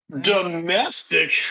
Domestic